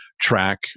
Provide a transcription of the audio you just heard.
track